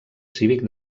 cívic